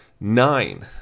nine